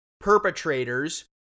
perpetrators